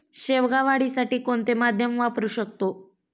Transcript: शेवगा वाढीसाठी कोणते माध्यम वापरु शकतो?